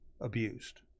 abused